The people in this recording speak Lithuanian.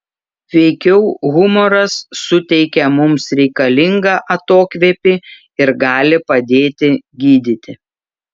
veikiau humoras suteikia mums reikalingą atokvėpį ir gali padėti gydyti